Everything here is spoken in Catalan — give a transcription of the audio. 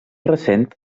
recent